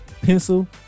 pencil